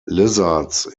lizards